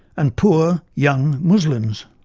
and poor, young muslims.